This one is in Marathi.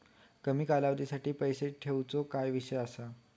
कमी कालावधीसाठी पैसे ठेऊचो काय विषय असा?